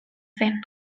zen